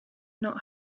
not